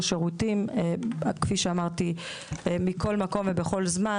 שירותים כפי שאמרתי מכל מקום ובכל זמן,